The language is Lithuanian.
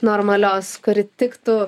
normalios kuri tiktų